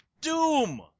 Doom